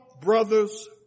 brother's